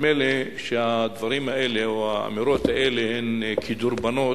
נדמה לי שהדברים האלה או האמירות האלה הן כדרבונות.